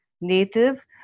native